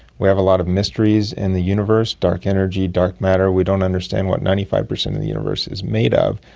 we have a lot of mysteries in the universe dark energy, dark matter we don't understand what ninety five percent of the universe is made of.